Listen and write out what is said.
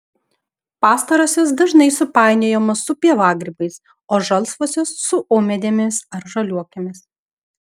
pastarosios dažnai supainiojamos su pievagrybiais o žalsvosios su ūmėdėmis ar žaliuokėmis